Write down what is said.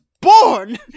born